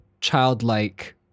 childlike